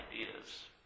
ideas